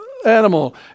Animal